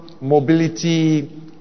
mobility